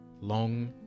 Long